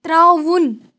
ترٛاوُن